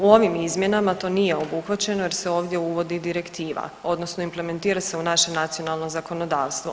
U ovim izmjenama to nije obuhvaćeno jer se ovdje uvodi direktiva odnosno implementira se u naše nacionalno zakonodavstvo.